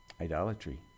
Idolatry